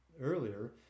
earlier